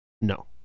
No